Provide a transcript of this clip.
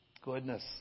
Goodness